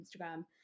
Instagram